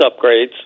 upgrades